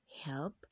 help